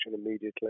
immediately